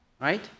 right